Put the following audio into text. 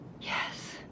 Yes